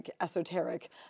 esoteric